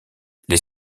les